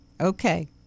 Okay